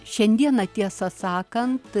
šiandieną tiesą sakant